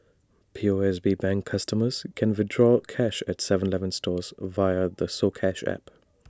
P O S B bank customers can withdraw cash at Seven Eleven stores via the soCash app